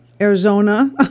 Arizona